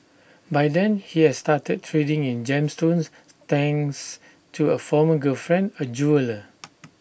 by then he had started trading in gemstones thanks to A former girlfriend A jeweller